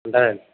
ఉంటానండి